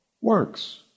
works